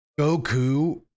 Goku